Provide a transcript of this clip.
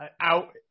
out